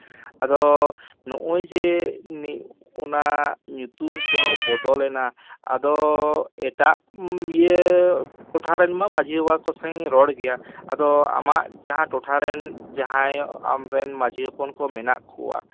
ᱟᱫᱚ ᱱᱚᱜᱼᱚᱭ ᱡᱮ ᱚᱱᱟ ᱧᱩᱛᱩᱢ ᱠᱚ ᱵᱚᱫᱚᱞᱮᱱᱟ ᱟᱫᱚ ᱮᱴᱟᱜ ᱴᱚᱴᱷᱟ ᱨᱮᱱᱢᱟ ᱢᱟᱹᱡᱷᱤ ᱵᱟᱵᱟ ᱠᱚ ᱥᱟᱶᱤᱧ ᱨᱚᱲ ᱜᱮᱭᱟ ᱟᱫᱚ ᱟᱢᱟᱜ ᱡᱟᱦᱟᱸ ᱴᱚᱴᱷᱟ ᱨᱮᱱ ᱡᱟᱦᱟᱸᱭ ᱟᱢ ᱨᱮᱱ ᱢᱟᱹᱡᱷᱤ ᱦᱚᱯᱚᱱ ᱠᱚ ᱢᱮᱱᱟᱜ ᱠᱚᱣᱟ